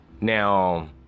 now